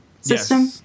system